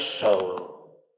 soul